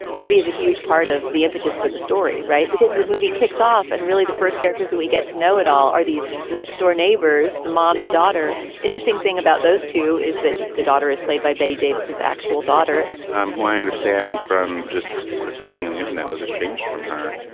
tv is a huge part of the impetus for the story. right. because the movie kicks off and really the first characters that we get to know at all are these next door neighbors, the mom and daughter. interesting thing about those two is that the daughter is played by betty davis, his actual daughter, um who i understand from just quickly looking on the internet, was estranged from her,